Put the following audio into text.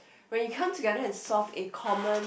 when you come together and solve a common